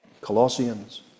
Colossians